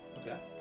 Okay